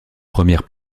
première